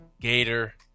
Gator